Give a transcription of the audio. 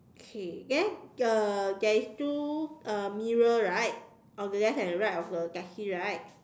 okay then uh there is two uh mirror right on the left and right of the taxi right